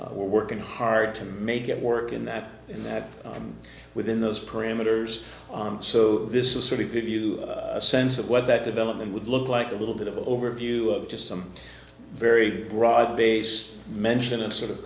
we're working hard to make it work in that in that within those parameters on so this is sort of give you a sense of what that development would look like a little bit of an overview of just some very broad base mention of sort of